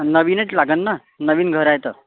नवीनच लागेन ना नवीन घर आहे तर